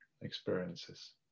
experiences